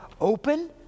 open